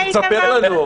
תספר לנו.